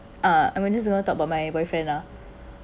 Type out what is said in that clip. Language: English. uh I'm just gonna talk about my boyfriend ah